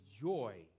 joy